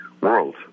world